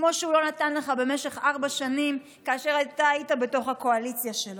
כמו שהוא לא נתן לך במשך ארבע שנים כאשר אתה היית בתוך הקואליציה שלו.